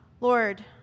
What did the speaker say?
Lord